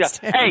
Hey